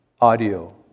audio